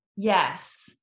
Yes